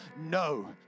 No